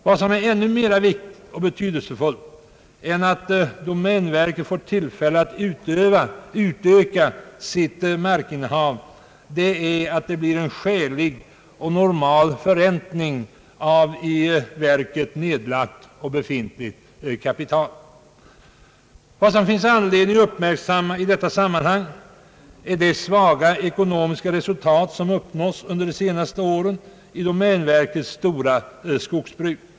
Vad som är ännu mera viktigt och betydelsefullt än att domänverket får tillfälle att utöka sitt markinnehav är att det blir en skälig och normal förräntning av i verket nedlagt och befintligt kapital. Det finns i detta sammanhang anledning uppmärksamma de svaga ekonomiska resultat som uppnåtts under de senaste åren i domänverkets stora skogsbruk.